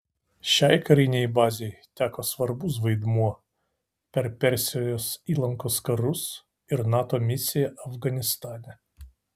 šiai karinei bazei teko svarbus vaidmuo per persijos įlankos karus ir nato misiją afganistane